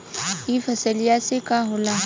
ई फसलिया से का होला?